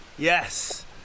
Yes